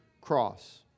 cross